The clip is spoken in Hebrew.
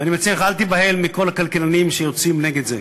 ואני מציע לך: אל תיבהל מכל הכלכלנים שיוצאים נגד זה.